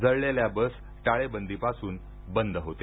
जळलेल्या बस टाळेबंदी पासून बंद होत्या